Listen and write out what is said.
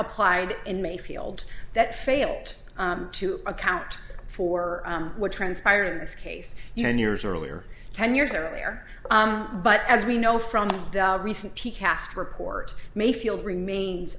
applied in mayfield that failed to account for what transpired in this case you know in years earlier ten years earlier but as we know from the recent p cast report mayfield remains